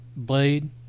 blade